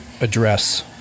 address